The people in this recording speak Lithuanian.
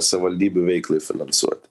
savivaldybių veiklai finansuoti